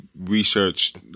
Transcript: researched